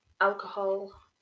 alcohol